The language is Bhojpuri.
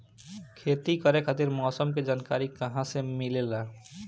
खेती करे खातिर मौसम के जानकारी कहाँसे मिलेला?